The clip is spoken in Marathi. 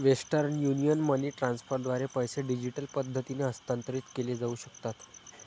वेस्टर्न युनियन मनी ट्रान्स्फरद्वारे पैसे डिजिटल पद्धतीने हस्तांतरित केले जाऊ शकतात